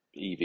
ev